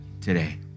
today